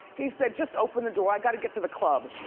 he said, just open the door, i gotta get to the club.